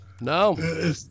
No